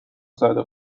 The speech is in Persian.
زده